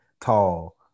Tall